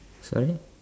sorry